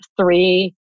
three